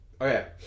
Okay